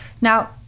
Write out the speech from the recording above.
Now